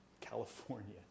California